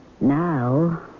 Now